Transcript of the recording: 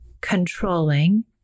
controlling